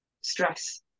stress